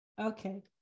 okay